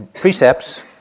precepts